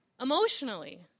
Emotionally